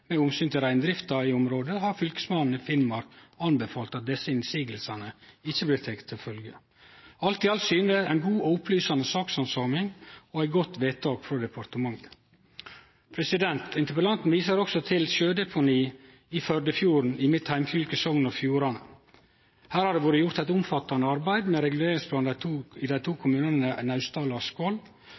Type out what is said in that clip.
området, har Fylkesmannen i Finnmark anbefalt at ein ikkje tek omsyn til desse innvendingane. Alt i alt syner dette ei god og opplysande sakshandsaming og eit godt vedtak frå departementet. Interpellanten viser også til sjødeponi i Førdefjorden i mitt heimfylke, Sogn og Fjordane. Her har det vore gjort eit omfattande arbeid med reguleringsplan i dei to kommunane Naustdal og Askvoll. Begge kommunane